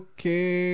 Okay